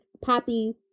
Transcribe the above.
Poppy